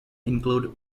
include